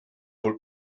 wohl